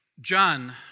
John